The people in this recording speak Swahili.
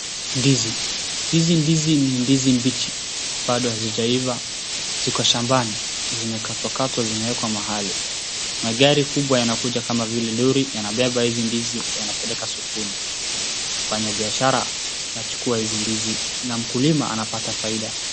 Ndizi. Hizi ndizi ni ndizi mbichi. Bado hazijaiva. Ziko shambani. Zimekatwa katwa zimewekwa mahali. Magari kubwa yanakuja, kama vile lori, yanabeba hizi ndizi yanapeleka sokoni. Wafanya biashara wanachukua hizi ndizi na mkulima anapata faida.